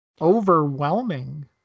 overwhelming